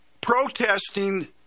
protesting